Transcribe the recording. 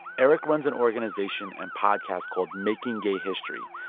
eric runs an organization and podcast called making gay history.